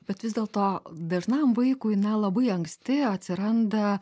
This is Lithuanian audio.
bet vis dėlto dažnam vaikui na labai anksti atsiranda